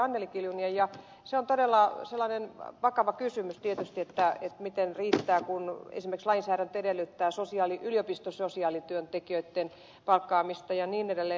anneli kiljunen ja se on todella sellainen vakava kysymys tietysti miten heitä riittää kun esimerkiksi lainsäädäntö edellyttää yliopistososiaalityöntekijöitten palkkaamista ja niin edelleen